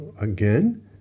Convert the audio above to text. again